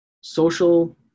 Social